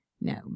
No